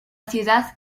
ciudad